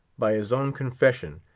by his own confession,